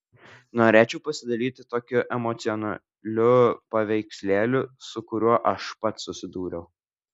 norėčiau pasidalyti tokiu emocionaliu paveikslėliu su kuriuo aš pats susidūriau